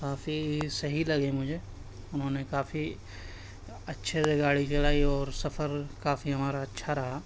کافی صحیح لگے مجھے انہوں نے کافی اچّھے سے گاڑی چلائی اور سفر کافی ہمارا اچّھا رہا